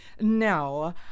Now